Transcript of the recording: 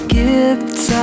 gifts